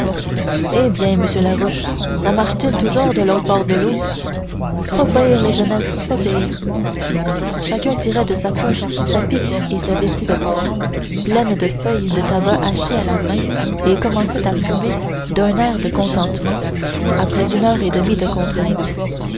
eh bien monsieur larouche ça marche t il toujours de l'autre bord de l'eau pas pire les jeunesses pas pire chacun tirait de sa poche sa pipe et la vessie de porc pleine de feuilles de tabac hachées à la main et commençait à fumer d'un air de contentement après une heure et demie de contrainte